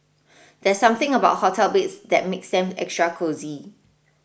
there's something about hotel beds that makes them extra cosy